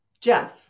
Jeff